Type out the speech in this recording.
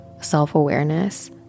self-awareness